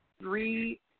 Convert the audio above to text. three